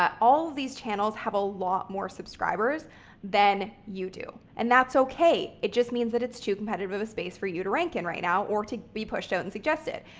um all of these channels have a lot more subscribers than you do, and that's okay. it just means that it's too competitive of a space for you to rank in right now or to be pushed out and suggested.